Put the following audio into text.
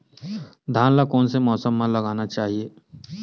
धान ल कोन से मौसम म लगाना चहिए?